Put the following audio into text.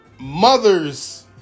Mothers